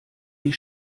die